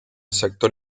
sector